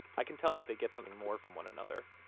i can tell that they get something more from one another.